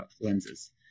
lenses